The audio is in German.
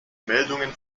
meldungen